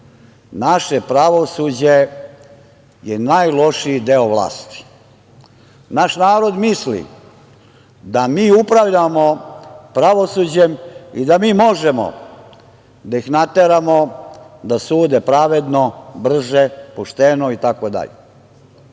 Naše pravosuđe je najlošiji deo vlasti. Naš narod misli da mi upravljamo pravosuđem i da mi možemo da ih nateramo da sude pravedno, brže, pošteno i